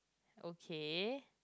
okay